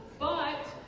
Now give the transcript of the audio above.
but